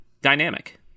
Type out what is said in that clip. dynamic